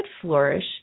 flourish